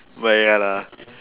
but ya lah